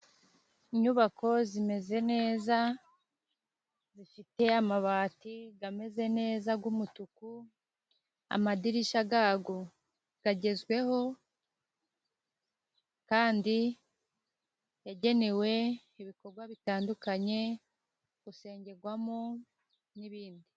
Inyubako zimeze neza, zifite amabati ameze neza y'umutuku, amadirisha yayo agezweho, kandi yagenewe ibikorwa bitandukanye; gusengerwamo, n'ibindi.